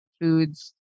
foods